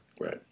Right